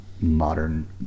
modern